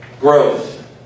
growth